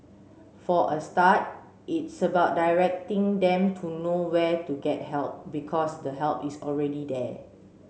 for a start it's about directing them to know where to get help because the help is already there